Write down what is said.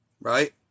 right